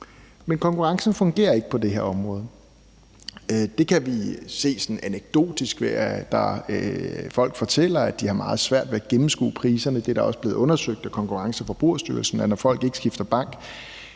Men konkurrencen fungerer ikke på det her område. Det kan vi se sådan anekdotisk, ved at folk fortæller, at de har meget svært ved at gennemskue priserne. Det er også blevet undersøgt af Konkurrence- og Forbrugerstyrelsen, at når folk ikke skifter bank,